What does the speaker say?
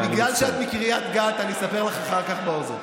ובגלל שאת מקריית גת אני אספר לך אחר כך באוזן,